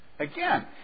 Again